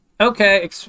Okay